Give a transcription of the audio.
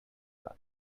cut